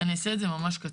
אני שואל מקצועית.